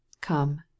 come